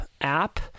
app